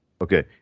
Okay